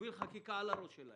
על הראש שלהם.